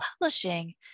publishing